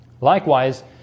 Likewise